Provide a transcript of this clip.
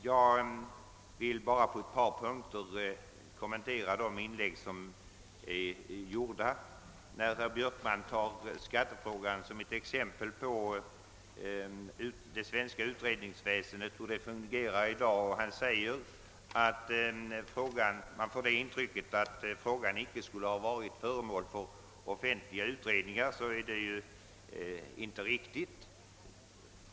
Jag vill bara på en punkt kommentera de inlägg som är gjorda. Herr Björkman tar upp skattefrågan som ett exempel på hur det svenska utredningsväsendet fungerar i dag och säger, att man får det intrycket, att frågan icke skulle ha varit föremål för offentliga utredningar. Detta är inte riktigt.